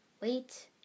Wait